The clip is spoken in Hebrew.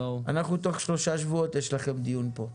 תוך שלושה שבועות יש לכם דיון פה,